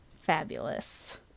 fabulous